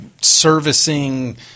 servicing